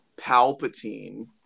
Palpatine